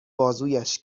بازویش